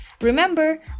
Remember